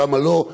כמה לא.